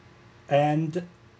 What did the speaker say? and